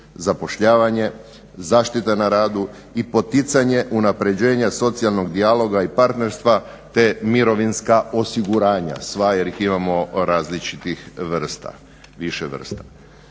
zapošljavanje, zaštita na radu i poticanje unapređenja socijalnog dijaloga i partnerstva te mirovinska osiguranja. Sva jer ih imamo različitih vrsta, više vrsta.